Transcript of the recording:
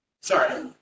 Sorry